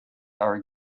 are